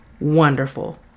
Wonderful